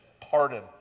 pardon